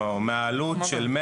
או מהעלות של,